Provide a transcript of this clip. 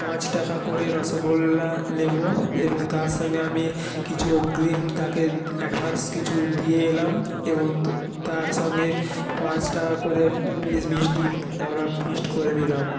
পাঁচ টাকা করে রসগোল্লা নেবো এবং তার সঙ্গে আমি কিছু অগ্রিম তাকে অ্যাডভান্স কিছু দিয়ে এলাম এবং তার সঙ্গে পাঁচ টাকা করে পিস মিষ্টি তারপরে ফিক্সড করে নিলাম